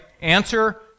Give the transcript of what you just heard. Answer